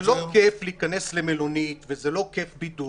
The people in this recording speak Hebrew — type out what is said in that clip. זה לא כיף להיכנס למלונית וזה לא כיף בידוד,